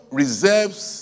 reserves